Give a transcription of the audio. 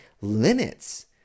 limits